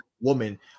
woman